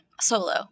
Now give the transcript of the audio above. solo